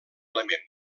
element